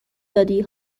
دادی